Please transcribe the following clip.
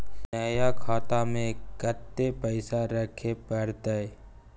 नया खाता में कत्ते पैसा रखे परतै?